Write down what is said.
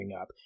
up